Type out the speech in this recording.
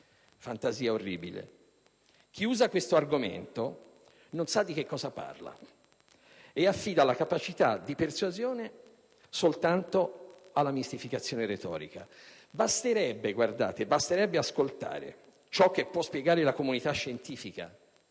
fantasia orribile. Chi usa questo argomento non sa di che cosa parla e affida la capacità di persuasione soltanto alla mistificazione retorica. Basterebbe ascoltare ciò che può spiegare la comunità scientifica,